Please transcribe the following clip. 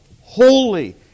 holy